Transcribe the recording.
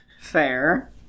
Fair